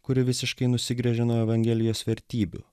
kuri visiškai nusigręžė nuo evangelijos vertybių